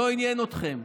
לא עניין אתכם.